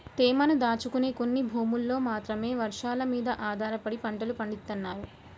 తేమను దాచుకునే కొన్ని భూముల్లో మాత్రమే వర్షాలమీద ఆధారపడి పంటలు పండిత్తన్నారు